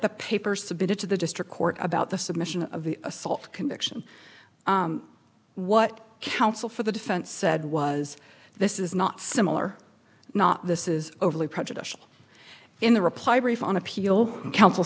the papers submitted to the district court about the submission of the assault conviction what counsel for the defense said was this is not similar not this is overly prejudicial in the reply brief on appeal counsel